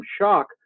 shock